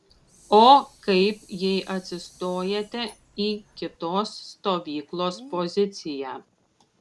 o kaip jei atsistojate į kitos stovyklos poziciją